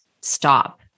stop